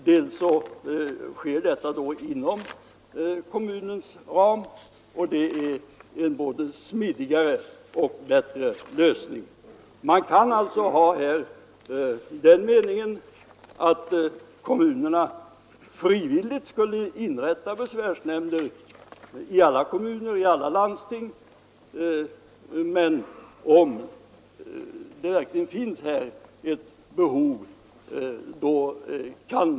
Dessutom sker det hela inom kommunens ram, och det är en både smidigare och bättre lösning. Man kan alltså ha uppfattningen att man frivilligt borde inrätta besvärsnämnder i alla kommuner och alla landsting.